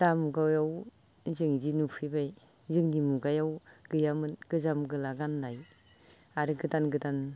दा मुगायाव जों इदि नुफैबाय जोंनि मुगायाव गैयामोन गोजाम गोला गाननाय आरो गोदान गोदान